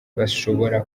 bashobora